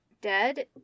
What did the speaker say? dead